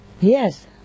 Yes